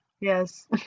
yes